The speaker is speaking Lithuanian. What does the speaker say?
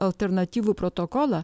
alternatyvų protokolą